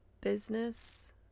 business